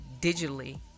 digitally